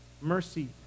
mercy